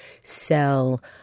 sell